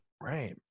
right